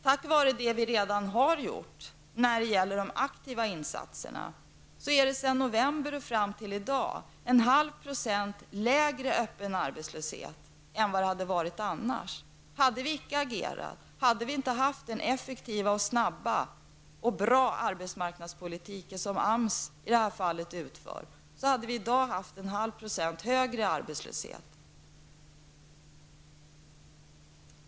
Tack vare det vi redan har gjort när det gäller de aktiva insatserna är det från november fram till i dag en halv procent lägre öppen arbetslöshet än vad det annars skulle ha varit. Hade vi inte agerat, hade vi inte haft den effektiva, snabba och bra arbetsmarknadspolitik som AMS i det här fallet utför, hade vi i dag haft en halv procents högre arbetslöshet.